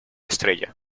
estrella